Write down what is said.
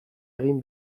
egin